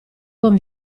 con